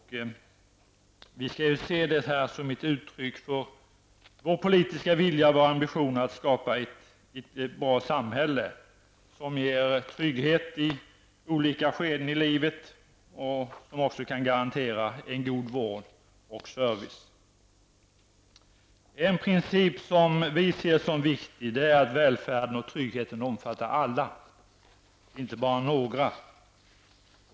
Detta skall ses som ett uttryck för vår politiska vilja och våra ambitioner att skapa ett bra samhälle som erbjuder människor trygghet i livets olika skeden och som kan garantera god vård och service. En princip som vi anser vara viktig är den att välfärden och tryggheten skall omfatta alla, inte bara några.